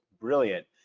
brilliant